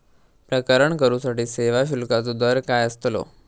प्रकरण करूसाठी सेवा शुल्काचो दर काय अस्तलो?